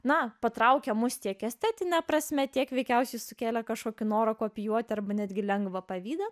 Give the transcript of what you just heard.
na patraukia mus tiek estetine prasme tiek veikiausiai sukėlė kažkokį norą kopijuoti arba netgi lengvą pavydą